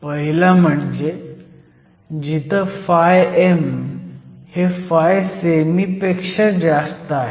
पहिला म्हणजे जिथं φm हे φsemi पेक्षा जास्त आहे